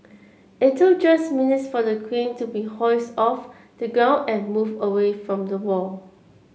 it took just minutes for the crane to be hoisted off the ground and moved away from the wall